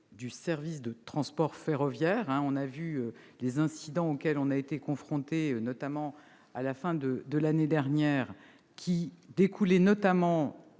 ...